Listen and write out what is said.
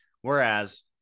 whereas